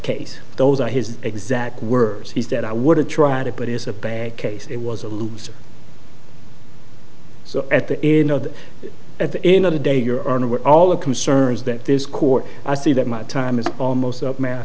case those are his exact words he said i would have tried it but it is a bad case it was a looser so at the end of that at the end of the day your honor all the concerns that this court i see that my time is almost up mat